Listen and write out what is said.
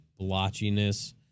blotchiness